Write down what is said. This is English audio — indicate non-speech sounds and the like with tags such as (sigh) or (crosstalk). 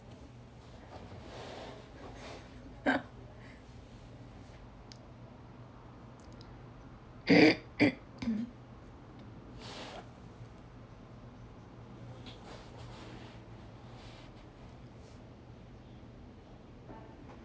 (laughs) (noise) (coughs)